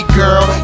girl